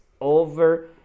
over